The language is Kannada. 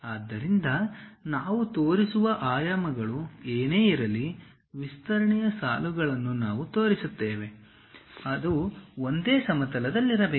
ಆದ್ದರಿಂದ ನಾವು ತೋರಿಸುವ ಆಯಾಮಗಳು ಏನೇ ಇರಲಿ ವಿಸ್ತರಣೆಯ ಸಾಲುಗಳನ್ನು ನಾವು ತೋರಿಸುತ್ತೇವೆ ಅದು ಒಂದೇ ಸಮತಲದಲ್ಲಿರಬೇಕು